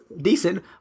decent